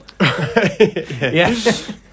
Yes